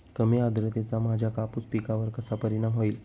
कमी आर्द्रतेचा माझ्या कापूस पिकावर कसा परिणाम होईल?